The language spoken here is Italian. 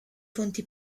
fonti